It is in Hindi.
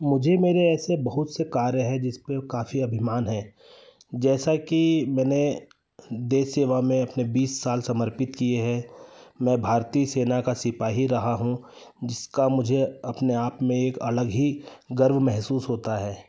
मुझे मेरे ऐसे बहुत से कार्य हैं जिस पर काफी अभिमान है जैसा कि मैंने देश सेवा में अपने बीस साल समर्पित किए हैं मैं भारतीय सेना का सिपाही रहा हूँ जिसका मुझे अपने आप में एक अलग ही गर्व महसूस होता है